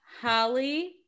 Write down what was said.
Holly